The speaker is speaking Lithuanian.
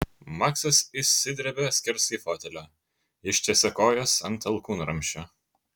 maksas išsidrebia skersai fotelio ištiesia kojas ant alkūnramsčio